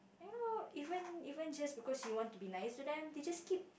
you know even even just because she want to be nice so they just keep